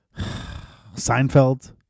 Seinfeld